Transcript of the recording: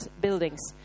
buildings